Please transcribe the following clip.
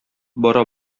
бара